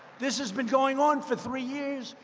this has been going on for three years.